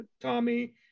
Tommy